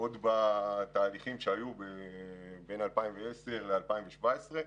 עוד בתהליכים שהיו בין 2010 ל-2017,